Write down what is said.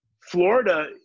Florida